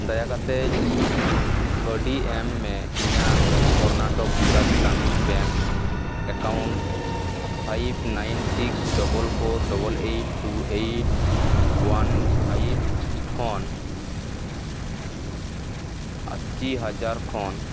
ᱫᱟᱭᱟ ᱠᱟᱛᱮᱫ ᱠᱟᱹᱣᱰᱤ ᱮᱢᱢᱮ ᱤᱧᱟᱹᱜ Karnataka Vikas Gramin bank account five nine six double four double eight two eight one five ᱠᱷᱚᱱ ᱟᱥᱤ ᱦᱟᱡᱟᱨ ᱠᱷᱚᱱ